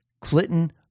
Clinton